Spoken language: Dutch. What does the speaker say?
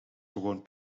gewoon